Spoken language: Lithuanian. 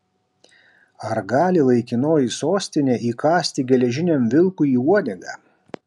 ar gali laikinoji sostinė įkąsti geležiniam vilkui į uodegą